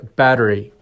battery